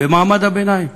במעמד הביניים.